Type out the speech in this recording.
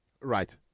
Right